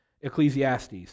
Ecclesiastes